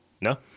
No